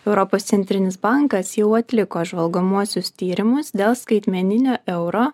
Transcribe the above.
europos centrinis bankas jau atliko žvalgomuosius tyrimus dėl skaitmeninio euro